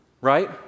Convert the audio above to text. Right